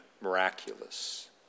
miraculous